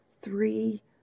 three